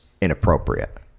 inappropriate